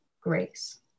Grace